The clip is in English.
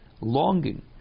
longing